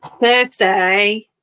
Thursday